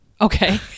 Okay